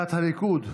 סיעת הליכוד,